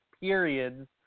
periods